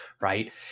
right